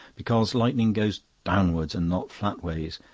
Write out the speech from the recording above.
because lightning goes downwards and not flat ways.